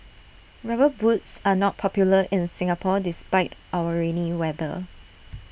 rubber boots are not popular in Singapore despite our rainy weather